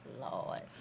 Lord